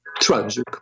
tragic